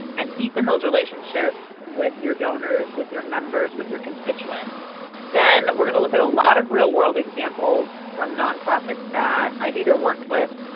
and deepen those relationships with your donors, with your members, with your constituents. and then we're going to look at a lot of real-world examples from nonprofits that i've either worked with,